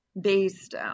based